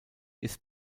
ist